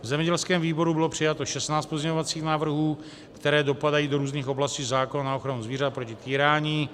V zemědělském výboru bylo přijato 16 pozměňovacích návrhů, které dopadají do různých oblastí zákona na ochranu zvířat proti týrání.